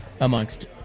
amongst